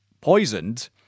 poisoned